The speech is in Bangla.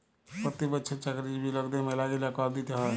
পতি বচ্ছর চাকরিজীবি লকদের ম্যালাগিলা কর দিতে হ্যয়